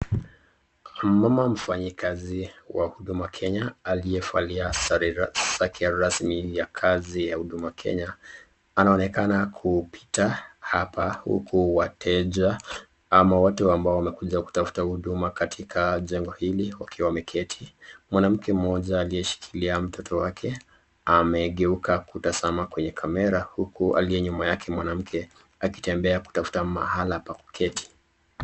Mama mfanyikazi wa Huduma Kenya aliyevalia sare zake rasmi ya kazi ya huduma Kenya anaonekana kupita hapa ambapo wateja ama watu ambao wamekuja kutafuta huduma katika jengo hili wakiwa wameketi mwanamke mmoja aliyeshikilia mtoto wake amegeuka kutazama kwenye camera huku aliye nyuma yake mwanamke akitafuta mahala pa kuketi.